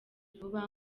vuba